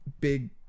big